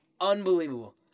Unbelievable